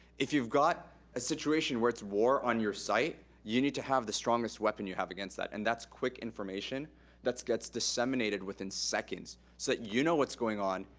if you've got a situation where it's war on your site, you need to have the strongest weapon you have against that, and that's quick information that gets disseminated within seconds so that you know what's going on.